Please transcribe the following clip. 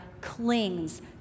clings